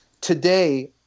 today